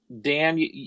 Dan